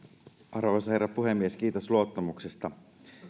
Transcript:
arvoisa herra puhemies kiitos luottamuksesta